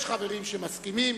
יש חברים שמסכימים,